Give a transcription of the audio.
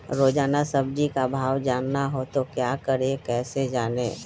रोजाना सब्जी का भाव जानना हो तो क्या करें कैसे जाने?